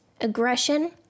aggression